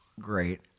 Great